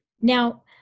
Now